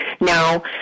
now